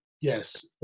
yes